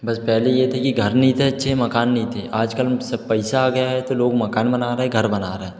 बस पहले ये थी कि घर नहीं थे अच्छे मकान नहीं थे आजकल सब पैसा आ गया है तो लोग मकान बना रहे घर बना रहे